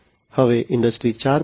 હવે ઇન્ડસ્ટ્રી 4